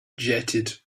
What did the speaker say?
jetted